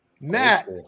Matt